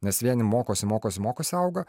nes vieni mokosi mokosi mokosi auga